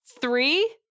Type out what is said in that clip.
Three